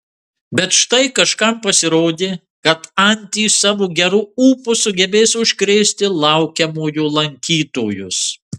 bet štai kažkam pasirodė kad antys savo geru ūpu sugebės užkrėsti laukiamojo lankytojus